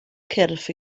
cyrff